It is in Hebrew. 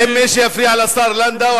אם מישהו יפריע לשר לנדאו,